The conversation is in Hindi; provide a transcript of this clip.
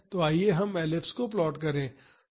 तो आइए हम एलिप्स को प्लॉट करें